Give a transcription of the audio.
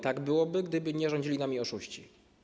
Tak byłoby, gdyby nie rządzili nami oszuści.